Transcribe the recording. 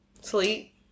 Sleep